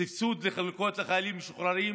סבסוד לחלקות לחיילים משוחררים